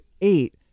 eight